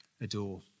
adore